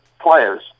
players